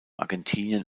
argentinien